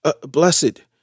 blessed